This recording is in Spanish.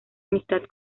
amistad